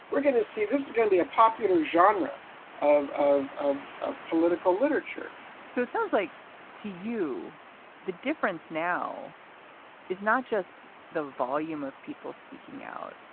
we're going to see. this is going to be a popular genre um of of political literature so it sounds like to you the difference now is not just the volume of people speaking out,